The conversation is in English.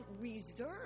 reserve